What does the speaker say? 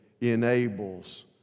enables